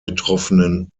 betroffenen